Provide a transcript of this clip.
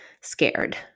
scared